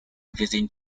within